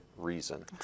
reason